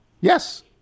Yes